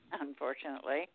unfortunately